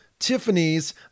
tiffany's